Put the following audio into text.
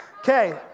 Okay